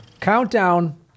Countdown